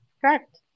Correct